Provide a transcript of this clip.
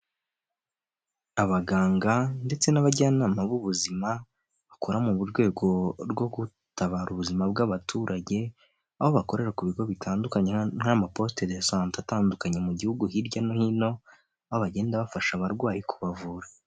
Abaganga ndetse n'abajyanama b'ubuzima bakora mu mu rwego rwo gutabara ubuzima bw'abaturage, aho bakorera ku bigo bitandukanye nk'ama poste de sante atandukanye mu gihugu hirya no hino, aho bagenda bafasha abarwayi kubavura.